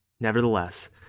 Nevertheless